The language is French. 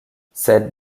cette